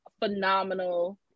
phenomenal